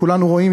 כולנו רואים,